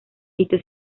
sitio